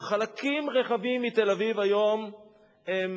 אבל חלקים רחבים מתל-אביב היום הם,